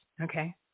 Okay